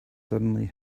suddenly